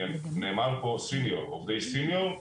עובדי סיניור,